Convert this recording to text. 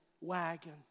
wagon